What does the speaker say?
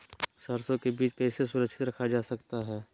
सरसो के बीज कैसे सुरक्षित रखा जा सकता है?